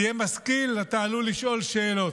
תהיה משכיל, אתה עלול לשאול שאלות,